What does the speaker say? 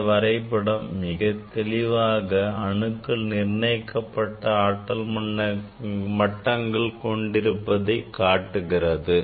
இந்த வரைபடம் மிகத்தெளிவாக அணுக்கள் நிர்ணயிக்கப்பட்ட ஆற்றல் மட்டங்களை கொண்டிருப்பதை காட்டுகிறது